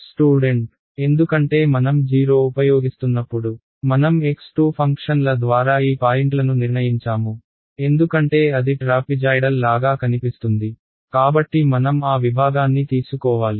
student ఎందుకంటే మనం 0 ఉపయోగిస్తున్నప్పుడు మనం x2 ఫంక్షన్ల ద్వారా ఈ పాయింట్లను నిర్ణయించాము ఎందుకంటే అది ట్రాపిజాయ్డల్ లాగా కనిపిస్తుంది కాబట్టి మనం ఆ విభాగాన్ని తీసుకోవాలి